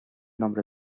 nombre